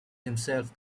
himself